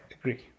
agree